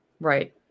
Right